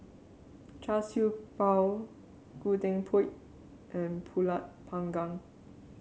Char Siew Bao Gudeg Putih and pulut panggang